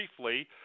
briefly